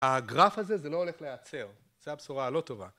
‫הגרף הזה, זה לא הולך ליהעצר. ‫זו הבשורה הלא טובה.